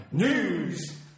news